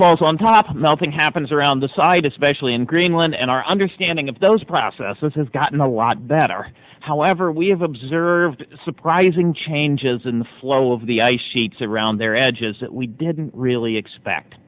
falls on top and nothing happens around the side especially in greenland and our understanding of those processes has gotten a lot better however we have observed surprising changes in the flow of the ice sheets around their edges that we didn't really expect